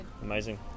amazing